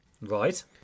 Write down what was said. Right